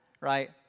right